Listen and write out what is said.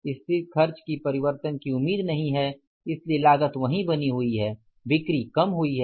स्थिर खर्च की परिवर्तन की उम्मीद नहीं है इसलिए लागत वही बनी हुई है बिक्री कम हुई है